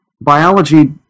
Biology